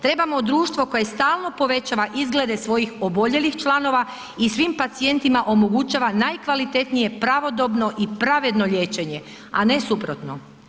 Trebamo društvo koje stalno povećava izglede svojih oboljelih članova i svim pacijentima omogućava najkvalitetnije pravodobno i pravedno liječenje a ne suprotno.